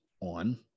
on